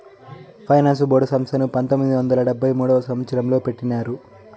finance board సంస్థను పంతొమ్మిది వందల డెబ్భై మూడవ సంవచ్చరంలో పెట్టినారు